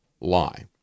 lie